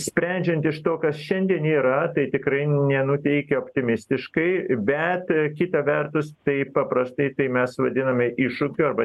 sprendžiant iš to kas šiandien yra tai tikrai nenuteikia optimistiškai bet kita vertus taip paprastai tai mes vadiname iššūkiu arba